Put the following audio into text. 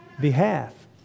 behalf